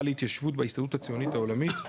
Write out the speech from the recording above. להתיישבות בהסתדרות הציונות העולמית,